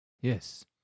yes